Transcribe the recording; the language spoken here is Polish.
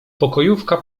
pokojówka